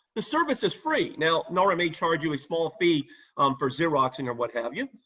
the service is free. now, nara may charge you a small fee for xeroxing or what have you,